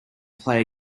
play